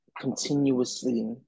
continuously